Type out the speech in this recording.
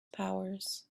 powers